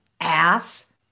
ass